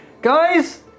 guys